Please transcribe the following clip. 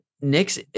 Nick's